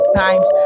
times